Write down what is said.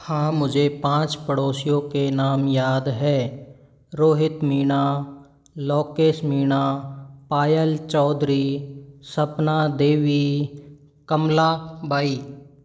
हाँ मुझे पाँच पड़ोसियों के नाम याद है रोहित मीना लोकेश मीना पायल चौधरी सपना देवी कमला बाई